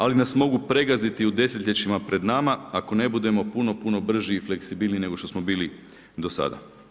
Ali nas mogu pregaziti u desetljećima pred nama ako ne budemo puno, puno brži i fleksibilniji nego što smo bili do sada.